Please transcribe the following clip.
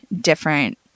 different